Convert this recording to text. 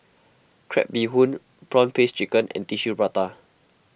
Crab Bee Hoon Prawn Paste Chicken and Tissue Prata